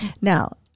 Now